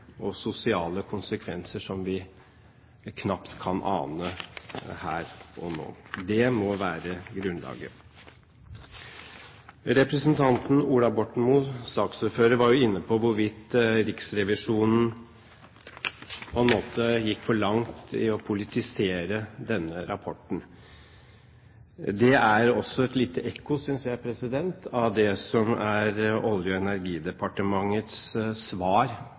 og sosiale konsekvenser som vi knapt kan ane her og nå. Det må være grunnlaget. Representanten Ola Borten Moe, saksordføreren, var inne på hvorvidt Riksrevisjonen gikk for langt i å politisere denne rapporten. Det er også et lite ekko, synes jeg, av det som er Olje- og energidepartementets svar